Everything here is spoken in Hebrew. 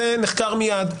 זה נחקר מייד,